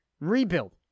rebuild